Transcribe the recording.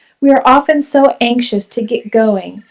we're often so anxious to get going,